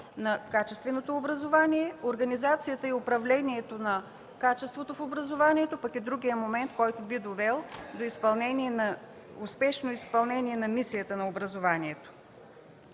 на качественото образование. Организацията и управлението на качеството в образованието е другият момент, който би довел до успешно изпълнение на мисията на образованието.